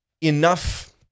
enough